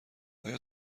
آیا